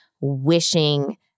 wishing